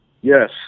Yes